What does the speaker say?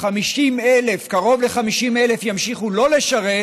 קרוב ל-50,000, ימשיכו לא לשרת